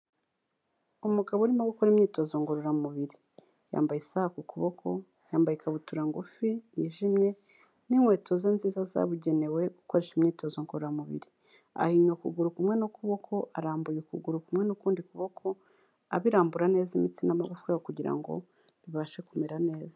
Umugabo urimomo gukora imyitozo ngororamubiri yambaye isaha ku kuboko, yambaye ikabutura ngufi yijimye n'inkweto ze nziza zabugenewe gukoresha imyitozo ngororamubiri, ahinnye ukuguru kumwe n'ukuboko, arambuye ukuguru kumwe n'ukundi kuboko abirambura neza imitsi n'amagufwa ye kugira ngo bibashe kumera neza.